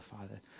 Father